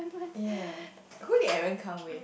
ya they couldn't even come wait